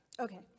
Okay